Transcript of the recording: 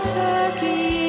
turkey